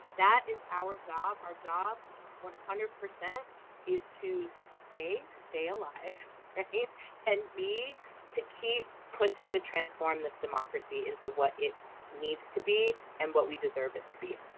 that is our job our job one hundred percent is to stay stay alive it can be to keep pushing to transform this democracy into what it needs to be and what we deserve it to be